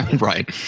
Right